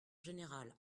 général